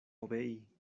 obei